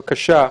בבקשה,